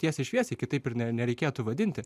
tiesiai šviesiai kitaip ir ne nereikėtų vadinti